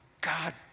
God